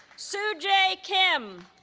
so jae kim